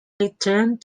returned